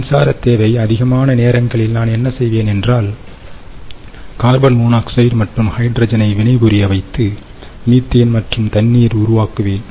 மின்சார தேவை அதிகமான நேரங்களில் நான் என்ன செய்வேன் என்றால் கார்பன் மோனாக்சைடு மற்றும் ஹைட்ரஜனை வினை புரிய வைத்து மீத்தேன் மற்றும் தண்ணீர் உருவாக்குவேன்